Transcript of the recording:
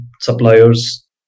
suppliers